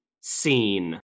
seen